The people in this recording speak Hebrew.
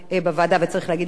וצריך להגיד גם לה תודה.